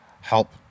help